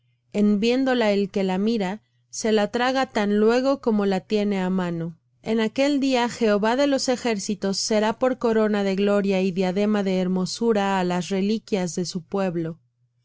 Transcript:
en viéndola el que la mira se la traga tan luego como la tiene á mano en aquel día jehová de los ejércitos será por corona de gloria y diadema de hermosura á las reliquias de su pueblo